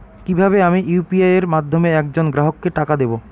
কিভাবে আমি ইউ.পি.আই এর মাধ্যমে এক জন গ্রাহককে টাকা দেবো?